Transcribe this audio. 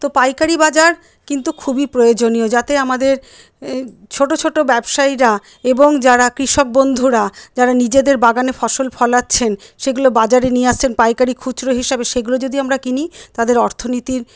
তো পাইকারি বাজার কিন্তু খুবই প্রয়োজনীয় যাতে আমাদের ছোটো ছোটো ব্যবসায়ীরা এবং যারা কৃষক বন্ধুরা যারা নিজেদের বাগানে ফসল ফলাচ্ছেন সেগুলো বাজারে নিয়ে আসছেন পাইকারি খুচরো হিসাবে সেগুলো যদি আমরা কিনি তাদের অর্থনীতির